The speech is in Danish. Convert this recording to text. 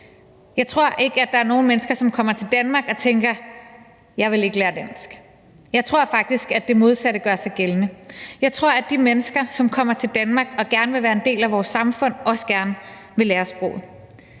Jeg tror ikke, at der er nogen mennesker, der kommer til Danmark og tænker: Jeg vil ikke lære dansk. Jeg tror faktisk, at det modsatte gør sig gældende. Jeg tror, at de mennesker, som kommer til Danmark og gerne vil være en del af vores samfund, også gerne vil lære sproget.